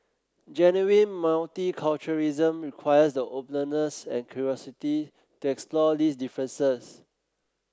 genuine multiculturalism requires the openness and curiosity to explore these differences